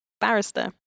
barrister